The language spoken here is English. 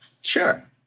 Sure